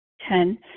Ten